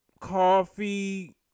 coffee